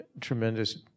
tremendous